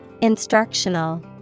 Instructional